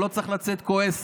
הוא לא צריך לצאת כועס,